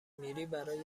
میری؟ برای